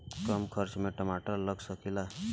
कम खर्च में टमाटर लगा सकीला?